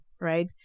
right